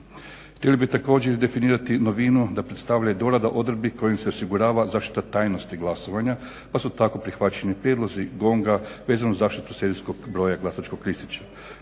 Htio bih također definirati novinu da predstavlja i dorada odredbi kojim se osigurava zaštita tajnosti glasovanja pa su tako prihvaćeni prijedlozi GONG-a vezano za zaštitu serijskog broja glasačkog listića.